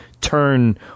turn